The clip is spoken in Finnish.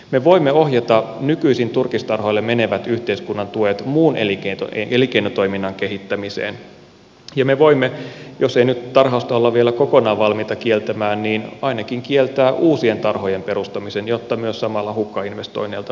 me voimme ohjata nykyisin turkistarhoille menevät yhteiskunnan tuet muun elinkeinotoiminnan kehittämiseen ja me voimme jos ei nyt tarhausta olla vielä kokonaan valmiita kieltämään ainakin kieltää uusien tarhojen perustamisen jotta myös samalla hukkainvestoinneilta vältytään